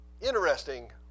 interesting